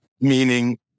meaning